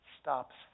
stops